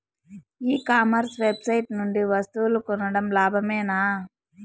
ఈ commerce website నుండి వస్తువులు కొనడం లాభమేనా?